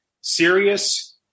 serious